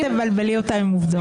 אל תבלבלי אותם עם עובדות.